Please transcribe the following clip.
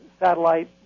satellite